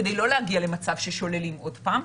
כדי לא להגיע למצב ששוללים עוד פעם.